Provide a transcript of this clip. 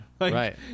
right